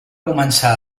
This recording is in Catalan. començar